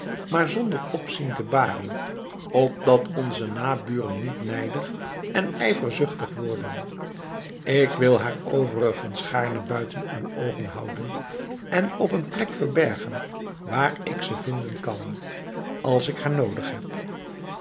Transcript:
maar zonder opzien te baren opdat onze naburen niet nijdig en ijverzuchtig worden ik wil haar overigens gaarne buiten uwe oogen houden en op een plek verbergen waar ik ze vinden kan als ik haar noodig heb